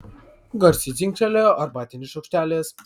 garsiai dzingtelėjo arbatinis šaukštelis